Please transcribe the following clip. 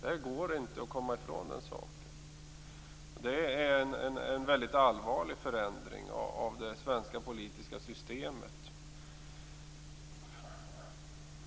Det går inte att komma bort från den saken. Det är en allvarlig förändring av det svenska politiska systemet.